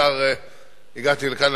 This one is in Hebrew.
הגעתי לכאן,